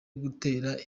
gutera